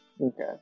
Okay